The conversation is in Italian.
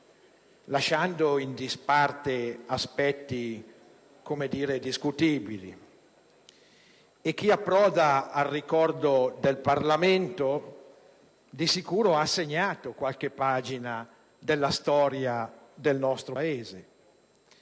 lasciando in disparte aspetti discutibili. Chi approda al ricordo del Parlamento, di sicuro ha segnato qualche pagina della storia del nostro Paese.